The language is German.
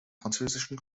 französischen